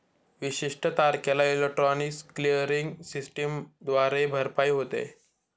विशिष्ट तारखेला electronic clearing सिस्टमद्वारे भरपाई होते